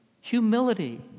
Humility